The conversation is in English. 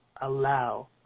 Allow